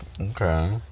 Okay